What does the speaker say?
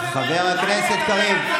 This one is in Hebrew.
חבר הכנסת קריב,